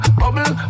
bubble